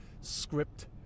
script